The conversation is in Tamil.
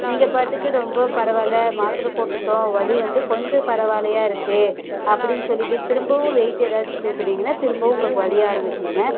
நீங்கள் பாட்டுக்கு ரொம்ப பரவாயில்ல மாத்தரை போட்டுவிட்டோம் வலி வந்து கொஞ்சம் பரவாயில்லையா இருக்குது அப்படினு சொல்லிக்கிட்டு திரும்பவும் வெயிட்டு ஏதாச்சும் தூக்குறீங்கனால் திரும்பவும் உங்களுக்கு வலி ஆரம்பிக்குங்க